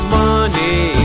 money